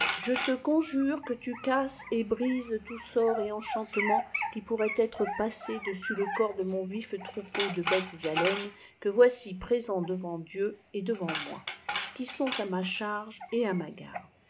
je te conjure que tu casses et brises tous sorts et enchantements qui pourraient être passés dessus le corps de mon vif troupeau de oêtes à laiiie que voici présent devant dieu et devant moi qui sont à ma charge et à ma garde